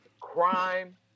crime